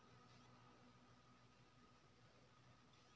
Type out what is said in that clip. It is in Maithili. डेबिट कार्ड के पिन केना रिसेट करब?